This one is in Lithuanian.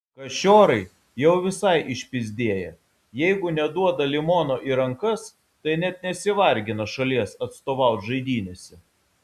kašiorai jau visai išpyzdėję jeigu neduoda limono į rankas tai net nesivargina šalies atstovaut žaidynėse